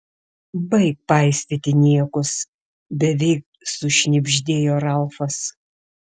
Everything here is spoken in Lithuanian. baik paistyti niekus beveik sušnibždėjo ralfas